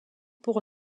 pour